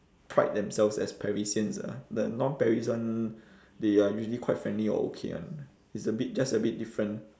pride themselves as parisians ah the non paris one they are usually quite friendly or okay [one] it's a bit just a bit different